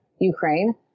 Ukraine